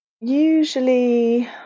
Usually